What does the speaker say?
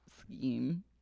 scheme